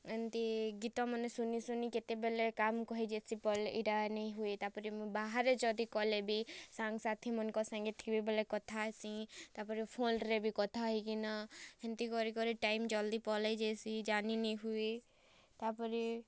ଏମିତି ଗୀତ ମାନେ ଶୁନି ଶୁନି କେତେବେଲେ କାମ୍ କହିଯେସି ପଲେ ଇଟା ନେଇ ହୁଏ ତା'ପରେ ମୁଇଁ ବାହାରେ ଯଦି କଲେ ବି ସାଙ୍ଗ ସାଥିମାନଙ୍କ ସାଙ୍ଗେ ଥିବି ବୋଲେ କଥା ହେସି ତା'ପରେ ଫୋନ୍ରେ ବି କଥା ହେଇକିନା ହେମିତି କରି କରି ଟାଇମ୍ ଜଲ୍ଦି ପଲେଇ ଯାଇସି ଜାନି ନେଇ ହୁଏ ତା'ପରେ